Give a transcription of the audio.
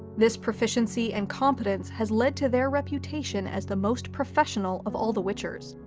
this proficiency and competence has led to their reputation as the most professional of all the witchers,